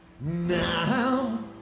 now